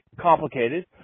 complicated –